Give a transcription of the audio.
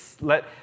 let